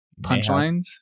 punchlines